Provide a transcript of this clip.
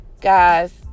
Guys